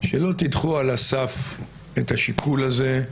שלא תידחו על הסף את השיקול הזה.